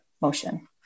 motion